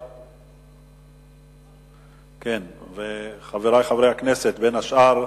49, 50, 52, 53, 54,